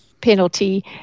penalty